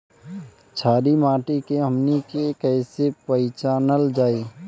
छारी माटी के हमनी के कैसे पहिचनल जाइ?